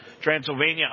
Transylvania